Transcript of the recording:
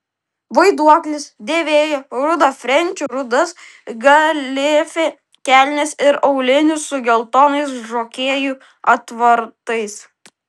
vaiduoklis dėvėjo rudą frenčių rudas galifė kelnes ir aulinius su geltonais žokėjų atvartais